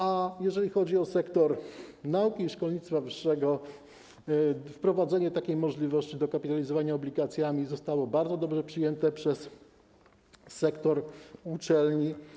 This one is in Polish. A jeżeli chodzi o sektor nauki i szkolnictwa wyższego, wprowadzenie takiej możliwości dokapitalizowania obligacjami zostało bardzo dobrze przyjęte przez sektor uczelni.